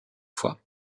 fois